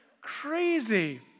crazy